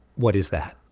what is that?